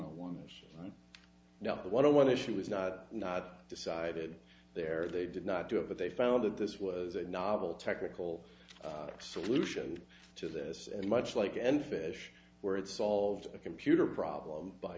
on one not the one one issue is not decided there they did not do it but they found that this was a novel technical solution to this and much like end fish where it solved a computer problem by